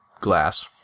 glass